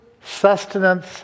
sustenance